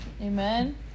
Amen